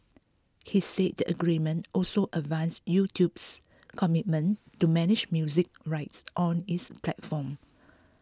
he said the agreement also advanced YouTube's commitment to manage music rights on its platform